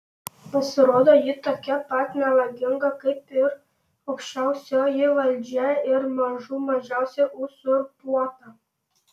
pasirodo ji tokia pat melaginga kaip ir aukščiausioji valdžia ir mažų mažiausiai uzurpuota